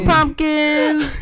Pumpkins